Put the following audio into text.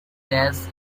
gas